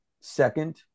second